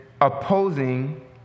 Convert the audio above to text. opposing